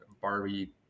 Barbie